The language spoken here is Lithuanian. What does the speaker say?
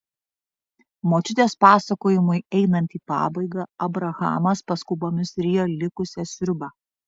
močiutės pasakojimui einant į pabaigą abrahamas paskubomis rijo likusią sriubą